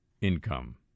income